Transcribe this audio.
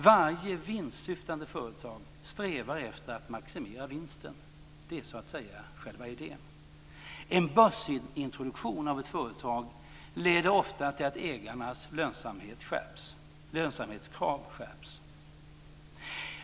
Varje vinstsyftande företag strävar efter att maximera vinsten. Det är så att säga själva idén. En börsintroduktion av ett företag leder ofta till att ägarnas lönsamhetskrav skärps.